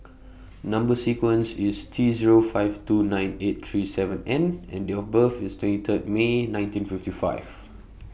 Number sequence IS T Zero five two nine eight three seven N and Date of birth IS twenty Third May nineteen fifty five